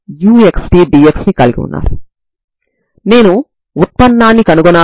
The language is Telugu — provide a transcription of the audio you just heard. కాబట్టి మీరు వీటి బిందు లబ్దాన్ని కనుగొనవచ్చు